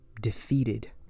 defeated